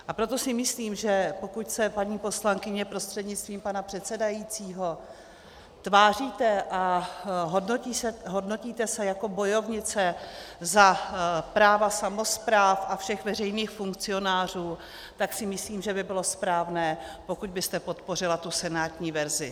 A proto si myslím, že pokud se, paní poslankyně prostřednictvím pana předsedajícího, tváříte a hodnotíte jako bojovnice za práva samospráv a všech veřejných funkcionářů, tak si myslím, že by bylo správné, abyste podpořila tu senátní verzi.